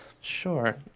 Sure